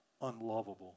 unlovable